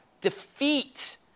defeat